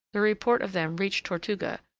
the report of them reached tortuga,